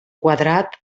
quadrat